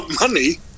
money